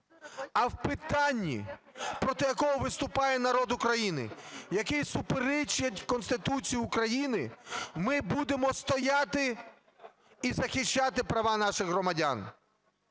А в питанні, проти якого виступає народ України, які суперечать Конституції України, ми будемо стояти і захищати права наших громадян.